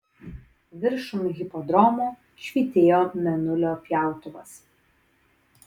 viršum hipodromo švytėjo mėnulio pjautuvas